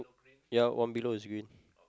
ya one below is green